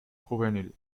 juvenil